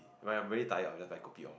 when I'm very tired I will just buy kopi-O